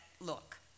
look